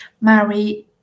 Mary